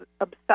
obsessed